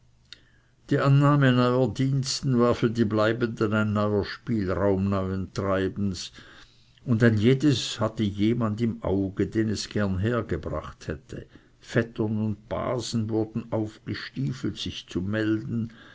die annahme neuer diensten war für die bleibenden ein neuer spielraum neuen treibens und ein jedes hatte jemand im auge den es gerne hergebracht hätte vettern und basen wurden aufgestiefelt sich zu melden